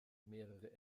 mehrere